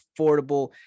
affordable